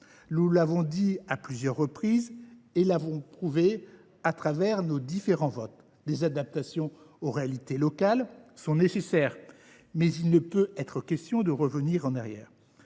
Nous l’avons dit à plusieurs reprises, et l’avons prouvé au travers de nos différents votes : des adaptations aux réalités locales sont nécessaires, mais il ne peut être question de revenir en arrière.